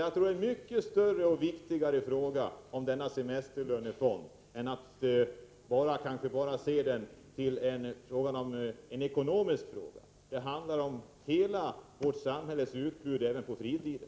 Jag tror alltså att man inte kan se frågan om en allmän semesterlönefond bara som en ekonomisk fråga — den är mycket större och viktigare. Det handlar om hela samhällets utbud när det gäller fritiden.